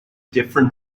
different